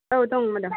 औ दं मेडाम